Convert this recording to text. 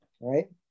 right